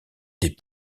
des